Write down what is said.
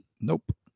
Nope